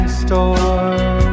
store